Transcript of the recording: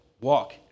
walk